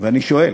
ואני שואל: